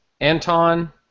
Anton